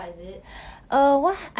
!huh! 美国 to turkey